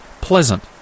pleasant